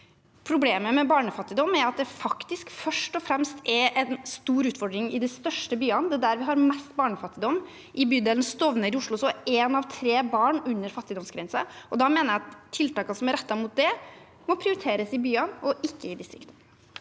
Problemet med barnefattigdom er at det faktisk først og fremst er en stor utfordring i de største byene. Det er der vi har mest barnefattigdom. I bydelen Stovner i Oslo lever et av tre barn under fattigdomsgrensen. Da mener jeg at tiltakene som er rettet mot det, må prioriteres i byene og ikke i distriktene.